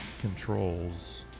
controls